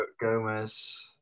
Gomez